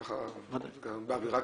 ככה באווירה